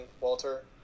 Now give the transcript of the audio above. Walter